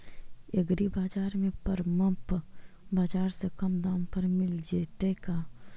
एग्रीबाजार में परमप बाजार से कम दाम पर मिल जैतै का?